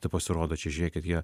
tai pasirodo čia žiūrėkit jie